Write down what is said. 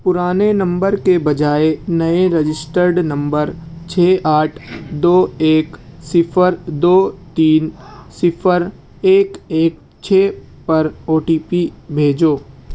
پرانے نمبر کے بجائے نئے رجسٹرڈ نمبر چھ آٹھ دو ایک صفر دو تین صفر ایک ایک چھ پر او ٹی پی بھیجو